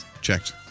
Checked